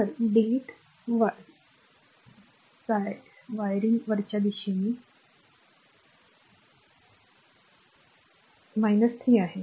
तर डिलीट सायरिंग वरच्या दिशेने 3 आहे